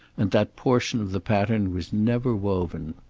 and that portion of the pattern was never woven.